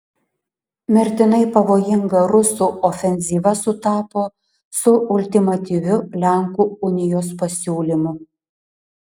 mirtinai pavojinga rusų ofenzyva sutapo su ultimatyviu lenkų unijos pasiūlymu